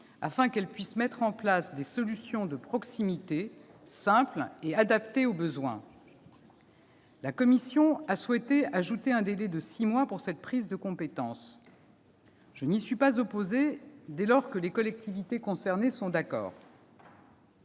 afin que celles-ci puissent mettre en place des solutions de proximité, simples et adaptées aux besoins. La commission a souhaité ajouter un délai de six mois pour cette prise de compétence. Je n'y suis pas opposée, dès lors que les collectivités concernées sont d'accord.